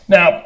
Now